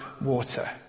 water